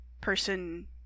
person